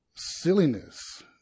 silliness